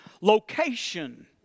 location